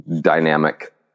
dynamic